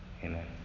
Amen